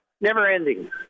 never-ending